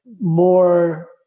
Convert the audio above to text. more